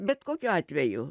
bet kokiu atveju